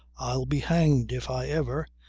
i'll be hanged if i ever.